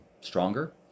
stronger